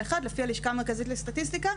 לפי הלשכה המרכזית לסטטיסטיקה,